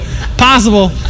possible